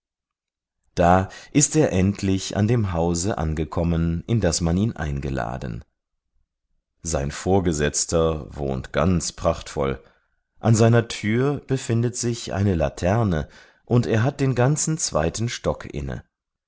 da ist er endlich an dem hause angekommen in das man ihn eingeladen sein vorgesetzter wohnt ganz prachtvoll an seiner tür befindet sich eine laterne und er hat den ganzen zweiten stock inne